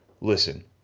listen